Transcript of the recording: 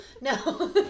no